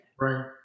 Right